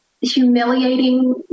humiliating